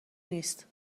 نیست